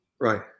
Right